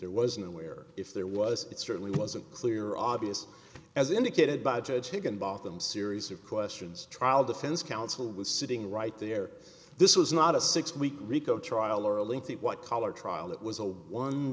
there was no where if there was it certainly wasn't clear obvious as indicated by judge higginbotham series of questions trial defense counsel was sitting right there this was not a six week rico trial or a lengthy white collar trial it was a one